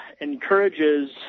encourages